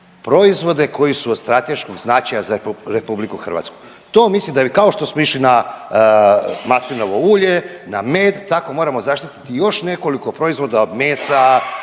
koji su od strateškog značaja za RH. To mislim da bi, kao što smo išli na maslinovo ulje, na med, tako moramo zaštititi još nekoliko proizvoda od mesa,